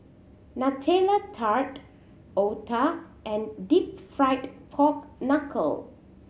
Nutella Tart otah and Deep Fried Pork Knuckle